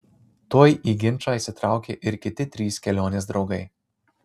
tuoj į ginčą įsitraukė ir kiti trys kelionės draugai